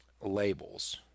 labels